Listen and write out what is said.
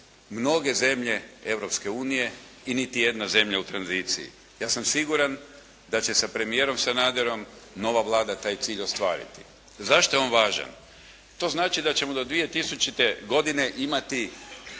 mnoge zemlje Europske unije i niti jedna zemlja u tranziciji. Ja sam siguran da će sa premijerom Sanaderom nova Vlada taj cilj ostvariti. Zašto je on važan? To znači da ćemo do 2000. godine imati